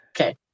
Okay